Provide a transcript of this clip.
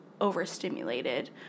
overstimulated